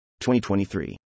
2023